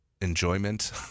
enjoyment